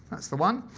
that's the one.